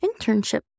internship